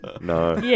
No